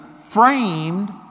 framed